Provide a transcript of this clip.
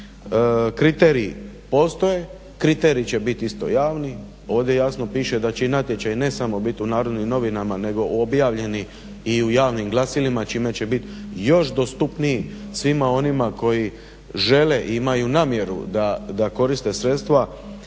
Kriteriji postoje, kriteriji će biti isto javni. Ovdje jasno piše da će i natječaj ne samo biti u Narodnim novinama, nego objavljeni i u javnim glasilima čime će biti još dostupniji svima onima koji žele i imaju namjeru da koriste sredstva